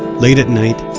late at night,